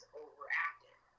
overactive